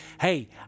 Hey